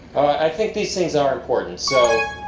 i think these things are important. so